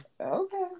Okay